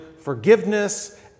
forgiveness